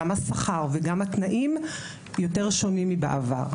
גם השכר וגם התנאים יותר שונים מבעבר.